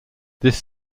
this